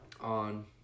on